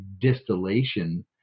distillation